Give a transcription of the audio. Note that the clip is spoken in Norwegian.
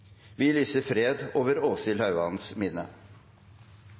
Vi lyser fred over Åshild Hauans minne.